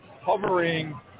hovering